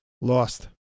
Lost